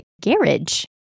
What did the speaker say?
garage